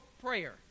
Prayer